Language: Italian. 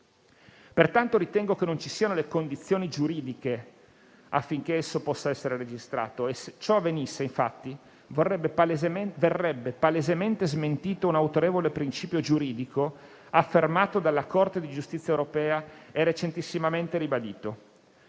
Pertanto, ritengo che non ci siano le condizioni giuridiche affinché esso possa essere registrato. Se ciò avvenisse, infatti, verrebbe palesemente smentito un autorevole principio giuridico affermato dalla Corte di giustizia europea e recentemente ribadito.